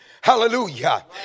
Hallelujah